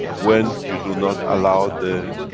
when you do not allow the